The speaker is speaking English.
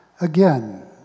Again